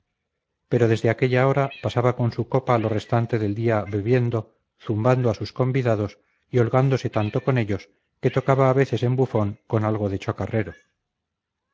pero desde aquella hora pasaba con su copa lo restante del día bebiendo zumbando a sus convidados y holgándose tanto con ellos que tocaba a veces en bufón con algo de chocarrero